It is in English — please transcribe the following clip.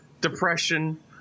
Depression